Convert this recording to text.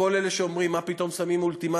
לכל אלה שאומרים: מה פתאום שמים אולטימטומים,